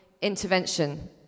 intervention